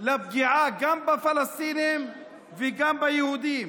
לפגיעה גם בפלסטינים וגם ביהודים.